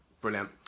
Brilliant